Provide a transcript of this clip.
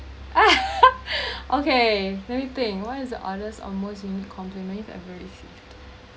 okay let me think what is oddest or most unique compliment that I ever received